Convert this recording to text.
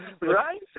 Right